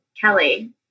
Kelly